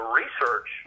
research